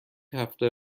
هفته